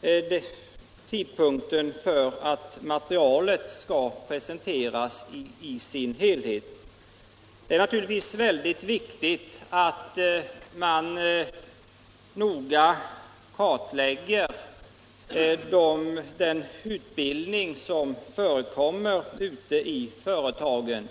till den tidpunkt då materialet presenterats i sin helhet. Det är naturligtvis mycket viktigt att man noga kartlägger den utbildning som förekommer ute i företagen.